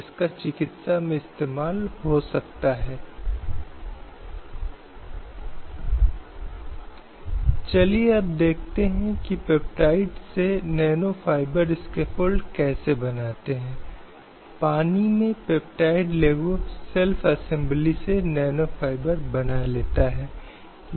यह शब्दों के साथ शुरू होता है हम भारत के लोग और फिर यह विभिन्न आदर्शों और मूल्यों को स्थापित करने के लिए आगे बढ़ता है जिसके लिए यह खड़ा है